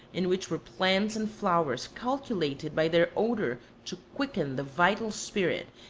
in which were plants and flowers calculated by their odour to quicken the vital spirit,